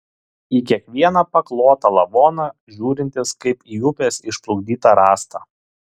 į kiekvieną paklotą lavoną žiūrintis kaip į upės išplukdytą rąstą